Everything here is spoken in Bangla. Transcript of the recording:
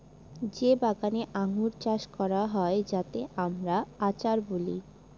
যে বাগানে আঙ্গুর চাষ হয় যাতে আমরা আচার বলি